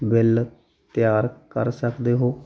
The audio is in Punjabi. ਬਿੱਲ ਤਿਆਰ ਕਰ ਸਕਦੇ ਹੋ